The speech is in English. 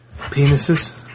Penises